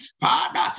Father